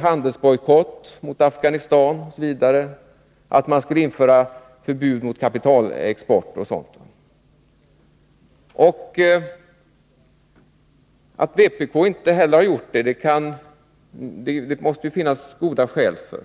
handelsbojkott och liknande mot Afghanistan, om förbud mot kapitalexport osv. Att inte heller vpk har gjort det måste det finnas goda skäl för.